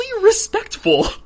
respectful